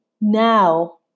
now